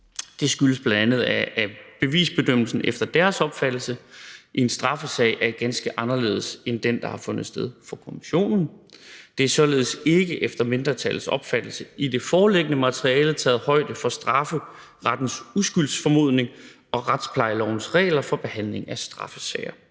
Det skyldes bl.a., at bevisbedømmelsen efter deres opfattelse i en straffesag er ganske anderledes end den, der har fundet sted fra kommissionens side. Der er således efter mindretallets opfattelse ikke i det foreliggende materiale taget højde for strafferettens uskyldsformodning og retsplejelovens regler for behandling af straffesager.